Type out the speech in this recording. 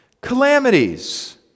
calamities